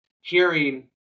hearing